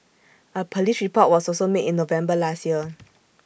A Police report was also made in November last year